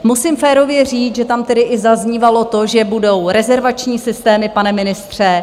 Musím férově říct, že tam tedy i zaznívalo to, že budou rezervační systémy, pane ministře.